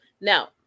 Now